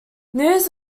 news